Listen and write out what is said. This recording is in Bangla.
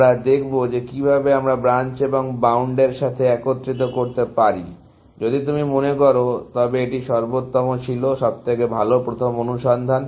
আমরা দেখব যে কিভাবে আমরা ব্রাঞ্চ এবং বাউন্ড এর সাথে একত্রিত করতে পারি যদি তুমি মনে করো তবে এটি সর্বোত্তম ছিল সবথেকে ভালো প্রথম অনুসন্ধান